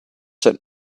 sent